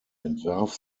entwarf